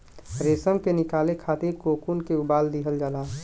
रेशम के निकाले खातिर कोकून के उबाल दिहल जाला